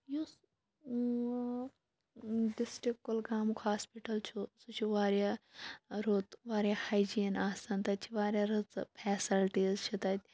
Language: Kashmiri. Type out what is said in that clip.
یُس اۭں ڈِسٹرک کُلگامُک ہاسپِٹَل چھُ سُہ چھُ واریاہ رُت واریاہ ہایجیٖن آسان تَتہِ چھِ واریاہ رٕژٕ فیسَلٹیٖز چھِ تَتہِ